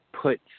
put